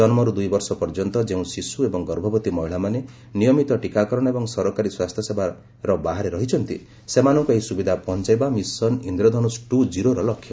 ଜନ୍ମରୁ ଦୁଇ ବର୍ଷ ପର୍ଯ୍ୟନ୍ତ ଯେଉଁ ଶିଶୁ ଏବଂ ଗର୍ଭବତୀ ମହିଳାମାନେ ନିୟମିତ ଟୀକାକରଣ ଏବଂ ସରକାରୀ ସ୍ୱାସ୍ଥ୍ୟସେବାର ବାହାରରେ ରହିଛନ୍ତି ସେମାନଙ୍କୁ ଏହି ସୁବିଧା ପହଞ୍ଚାଇବା ମିଶନ୍ ଇନ୍ଦ୍ରଧନୁଶ ଟୁ ଜିରୋର ଲକ୍ଷ୍ୟ